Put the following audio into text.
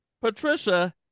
Patricia